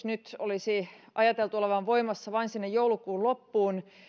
nyt olisi ajateltu olevan voimassa vain joulukuun loppuun